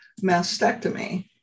mastectomy